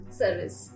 service